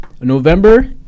November